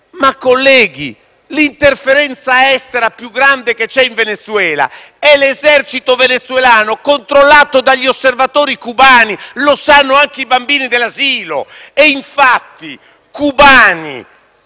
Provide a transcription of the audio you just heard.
colleghi, l'interferenza estera più grande che c'è in Venezuela è l'esercito venezuelano, controllato dagli osservatori cubani: lo sanno anche i bambini dell'asilo. Infatti, cubani